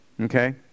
Okay